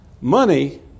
Money